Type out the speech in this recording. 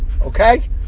okay